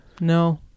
No